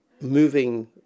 moving